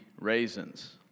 raisins